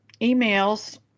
Emails